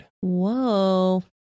whoa